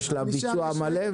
יש לה ביצוע מלא?